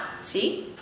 See